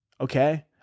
okay